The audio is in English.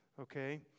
Okay